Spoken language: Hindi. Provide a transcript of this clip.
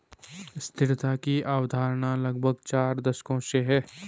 स्थिरता की अवधारणा लगभग चार दशकों से है